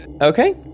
Okay